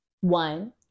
one